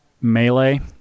melee